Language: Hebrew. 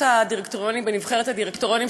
הדירקטוריונים בנבחרת הדירקטוריונים,